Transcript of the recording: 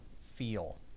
feel